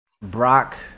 Brock